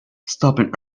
stopping